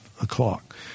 o'clock